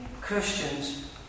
Christians